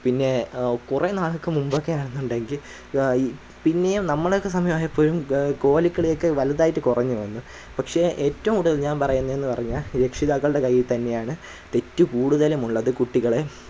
പിന്നേ കുറേ നാൾക്കു മുൻപൊക്കെ ആണെന്നുണ്ടെങ്കിൽ ഈ പിന്നെയും നമ്മളൊക്കെ സമയമായപ്പോഴും കോലിക്കളിയൊക്കെ വലുതായിട്ട് കുറഞ്ഞുവന്നു പക്ഷെ ഏറ്റവും കൂട്തൽ ഞാൻ പറയുന്നതെന്നു പറഞ്ഞാൽ രക്ഷിതാക്കളുടെ കൈഴിൽത്തന്നെയാണ് തെറ്റ് കൂടുതലുമുള്ളത് കുട്ടികളെ